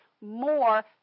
more